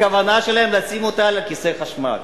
הכוונה שלהם לשים אותה על כיסא חשמל.